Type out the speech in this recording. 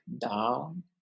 down